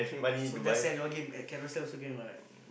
so just sell your game at Carousell also can what